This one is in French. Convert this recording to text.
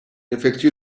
effectue